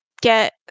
get